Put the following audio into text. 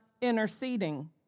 interceding